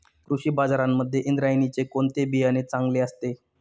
कृषी बाजारांमध्ये इंद्रायणीचे कोणते बियाणे चांगले असते?